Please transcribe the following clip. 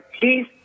peace